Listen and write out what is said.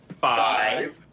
Five